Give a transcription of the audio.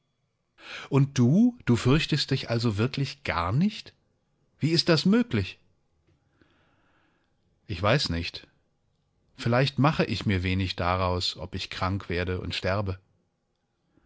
und du du fürchtest dich also wirklich gar nicht wie ist das möglich ich weiß nicht vielleicht mache ich mir wenig daraus ob ich krank werde und sterbe